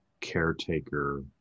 caretaker